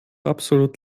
absolut